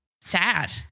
sad